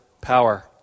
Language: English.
power